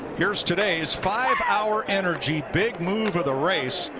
here is today's five hour energy big move of the race.